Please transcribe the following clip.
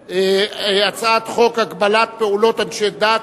אני קובע שהצעת חוק התקשורת (בזק ושידורים)